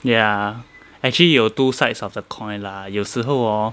ya actually 有 two sides of the coin lah 有时候 hor